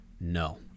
No